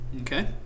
Okay